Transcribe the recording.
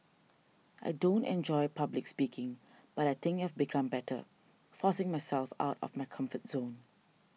I don't enjoy public speaking but I think I've become better forcing myself out of my comfort zone